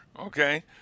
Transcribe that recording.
okay